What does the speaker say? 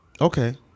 Okay